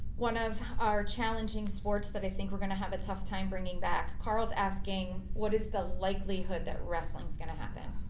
one of our challenging sports that i think we're gonna have a tough time bringing back, carl's asking what is the likelihood that wrestling is gonna happen?